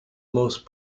most